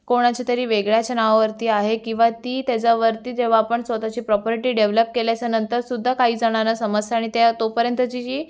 कोणाच्या तरी वेगळ्याच्या नावावरती आहे किंवा ती त्याच्यावरती जेव्हा आपण स्वतःची प्रॉपर्टी डेव्हलप केल्याच्या नंतर सुद्धा काही जणांना समजते आणि त्या तोपर्यंतची जी